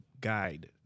guide